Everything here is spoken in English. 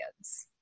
kids